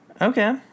Okay